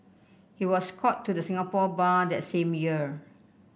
he was called to the Singapore Bar that same year